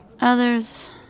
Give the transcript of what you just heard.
Others